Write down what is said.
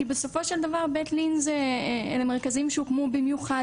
כי בסופו של דבר "בית לין" אלה מרכזים שהוקמו במיוחד,